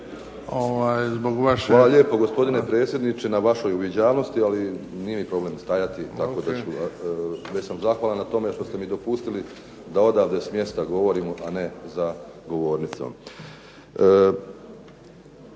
Hvala lijepo, gospodine predsjedniče, na vašoj uviđavnosti, ali nije mi problem stajati tako da ću, već sam zahvalan na tome što ste mi dopustili da odavde s mjesta govorim, a ne za govornicom.